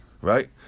Right